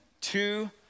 two